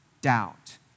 doubt